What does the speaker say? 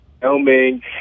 filming